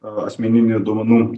asmeninių duomenų